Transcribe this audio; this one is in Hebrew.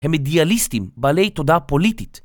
הם אידיאליסטיים בעלי תודעה פוליטית.